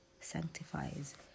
sanctifies